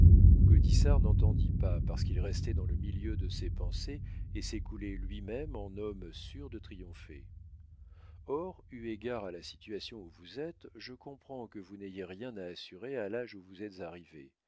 gaudissart n'entendit pas parce qu'il restait dans le milieu de ses pensées et s'écoutait lui-même en homme sûr de triompher or eu égard à la situation où vous êtes je comprends que vous n'ayez rien à assurer à l'âge où vous êtes arrivé